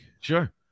sure